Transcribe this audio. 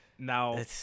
Now